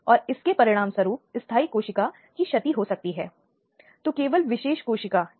इसलिए ऐसे कई प्रयास हैं जो यह सुनिश्चित करने के लिए किए गए थे कि नाबालिग बच्चे और युवा मन आघात का शिकार न हों